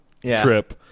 trip